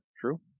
True